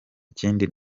kindi